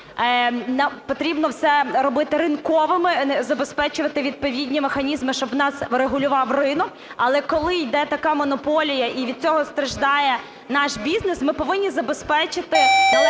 потрібно все робити ринковим, забезпечувати відповідні механізми, щоб у нас регулював ринок. Але коли йде така монополія і від цього страждає наш бізнес, ми повинні забезпечити належні